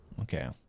Okay